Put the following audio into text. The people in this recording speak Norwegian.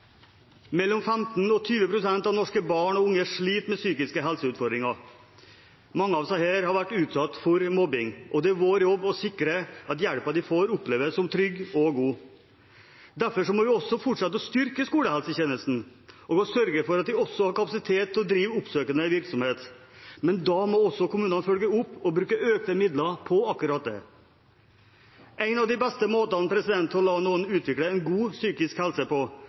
Mellom 15 pst. og 20 pst. av norske barn og unge sliter med psykiske helseutfordringer. Mange av disse har vært utsatt for mobbing, og det er vår jobb å sikre at hjelpen de får, oppleves som trygg og god. Derfor må vi fortsette å styrke skolehelsetjenesten og sørge for at de også har kapasitet til å drive oppsøkende virksomhet. Men da må også kommunene følge opp og bruke økte midler på akkurat det. En av de beste måtene å la noen utvikle en god psykisk helse på,